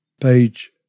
Page